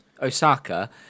osaka